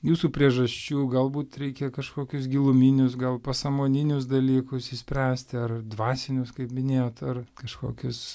jūsų priežasčių galbūt reikia kažkokius giluminius gal pasąmoninius dalykus išspręsti ar dvasinius kaip minėjot ar kažkokius